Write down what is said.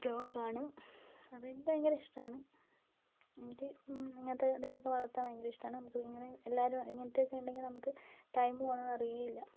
ഡോഗാണ് അപ്പോൾ എനിക്ക് ഭയങ്കര ഇഷ്ടമാണ് എനിക്ക് ഇങ്ങനത്തെ ഇതിനെയൊക്കെ വളർത്താൻ ഭയങ്കര ഇഷ്ടമാണ് നമുക്ക് ഇങ്ങനെ എല്ലാവരും ഇങ്ങനത്തെയൊക്കെ ഉണ്ടെങ്കിൽ നമുക്ക് ടൈം പോകുന്നത് അറിയേ ഇല്ല